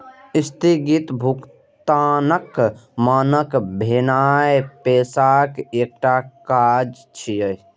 स्थगित भुगतानक मानक भेनाय पैसाक एकटा काज छियै